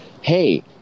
Hey